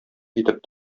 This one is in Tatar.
итеп